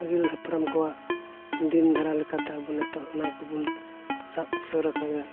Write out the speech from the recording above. ᱟᱹᱜᱤᱞ ᱦᱟᱯᱲᱟᱢ ᱠᱚᱣᱟᱜ ᱫᱤᱱ ᱫᱷᱟᱨᱟ ᱞᱮᱠᱟᱛᱮ ᱟᱵᱚ ᱱᱤᱛᱚᱜ ᱚᱱᱟ ᱠᱚᱵᱚᱱ ᱥᱟᱵ ᱥᱩᱨ ᱠᱟᱫᱟ